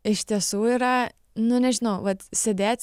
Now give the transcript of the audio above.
iš tiesų yra nu nežinau vat sėdėt